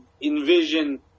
envision